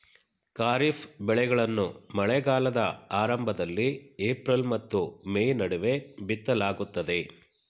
ಖಾರಿಫ್ ಬೆಳೆಗಳನ್ನು ಮಳೆಗಾಲದ ಆರಂಭದಲ್ಲಿ ಏಪ್ರಿಲ್ ಮತ್ತು ಮೇ ನಡುವೆ ಬಿತ್ತಲಾಗುತ್ತದೆ